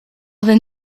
then